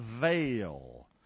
veil